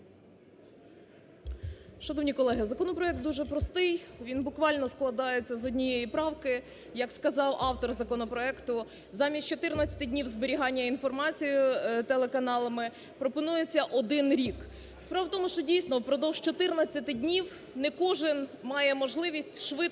Шановні колеги, законопроект дуже простий, він, буквально, складається з однієї правки: як сказав автор законопроекту, замість 14 днів зберігання інформації телеканалами пропонується один рік. Справа в тому. що, дійсно, впродовж 14 днів не кожен має можливість швидко